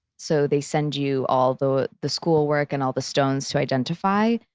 so, they send you all the the schoolwork, and all the stones to identify,